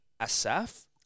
Asaf